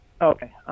Okay